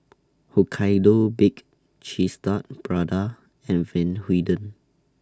Hokkaido Baked Cheese Tart Prada and Van Houten